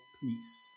peace